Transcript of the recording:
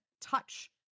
touch